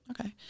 Okay